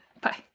Bye